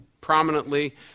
prominently